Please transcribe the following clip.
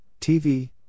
TV